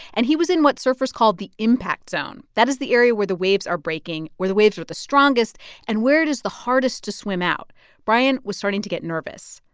and he was in what surfers call the impact zone. that is the area where the waves are breaking, where the waves are the strongest and where it is the hardest to swim out brian was starting to get nervous.